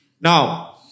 Now